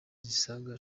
zisaga